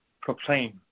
proclaim